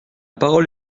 parole